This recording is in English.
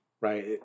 right